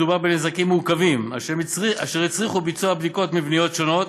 מדובר בנזקים מורכבים אשר הצריכו בדיקות מבניות שונות